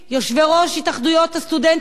יושבי-ראש התאחדויות הסטודנטים,